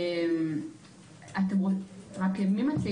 אחד מהדגשים